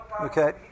Okay